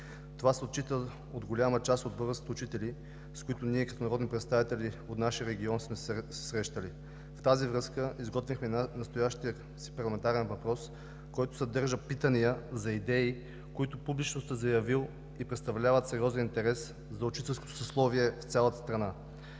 Това се отчита от голяма част от българските учители, с които ние като народни представители от нашия регион сме се срещали. В тази връзка изготвихме настоящия си парламентарен въпрос, който съдържа питания за идеи, които публично сте заявил, и представляват сериозен интерес за учителското съсловие в цялата страна.